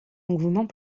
engouement